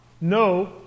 no